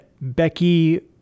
Becky